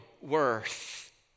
worth